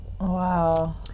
Wow